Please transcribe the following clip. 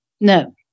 No